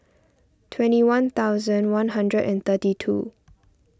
twenty one thousand one hundred and thirty two